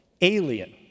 alien